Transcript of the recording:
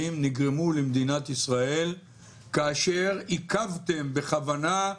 נגרמו למדינת ישראל כאשר עיכבתם בכוונה,